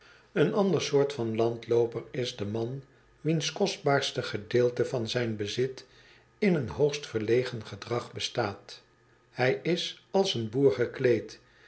een ander soort van landlooper is de man wiens kostbaarste gedeelte van zijn bezit in een hoogst verlegen gedrag bestaat hij is als een boer gekleed